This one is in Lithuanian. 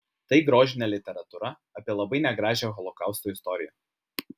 tai grožinė literatūra apie labai negražią holokausto istoriją